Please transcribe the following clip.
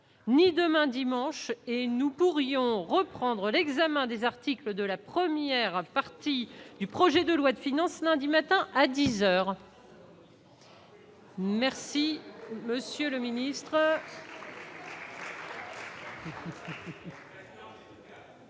ni demain dimanche, et nous pourrions reprendre l'examen des articles de la première partie du projet de loi de finances lundi matin, à dix heures.